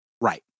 Right